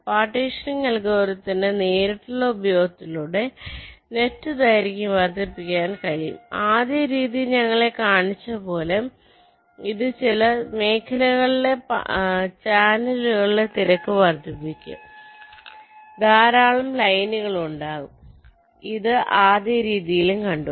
partitioning അൽഗോരിതത്തിന്റെ നേരിട്ടുള്ള ഉപയോഗത്തിലൂടെ നെറ്റ് ദൈർഘ്യം വർദ്ധിപ്പിക്കാൻ കഴിയും ആദ്യ രീതി ഞങ്ങളെ കാണിച്ചതുപോലെ ഇത് ചില മേഖലകളിലെ ചാനലുകളിലെ തിരക്ക് വർദ്ധിപ്പിക്കും ധാരാളം ലൈനുകൾ ഉണ്ടാകും ഇത് ആദ്യ രീതിയിലും കണ്ടു